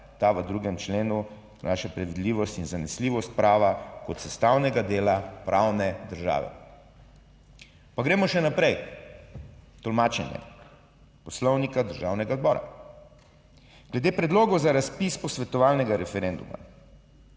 Ta v 2. členu vnaša predvidljivost in zanesljivost prava kot sestavnega dela pravne države. Pa gremo še naprej. Tolmačenje Poslovnika Državnega zbora. Glede predlogov za razpis posvetovalnega referenduma